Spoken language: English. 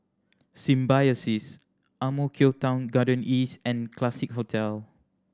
Symbiosis Ang Mo Kio Town Garden East and Classique Hotel